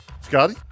Scotty